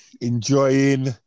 enjoying